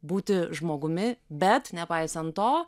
būti žmogumi bet nepaisant to